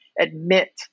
admit